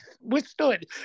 withstood